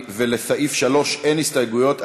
ולסעיף 3 אין הסתייגויות,